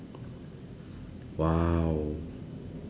!wow!